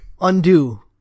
Undo